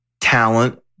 talent